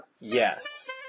Yes